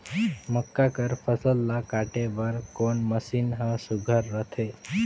मक्का कर फसल ला काटे बर कोन मशीन ह सुघ्घर रथे?